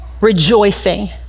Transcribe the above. rejoicing